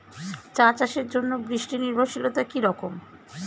চা চাষের জন্য বৃষ্টি নির্ভরশীলতা কী রকম?